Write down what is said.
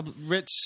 rich